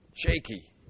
shaky